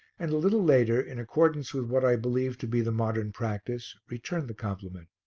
and a little later, in accordance with what i believe to be the modern practice, return the compliment.